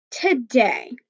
today